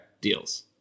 deals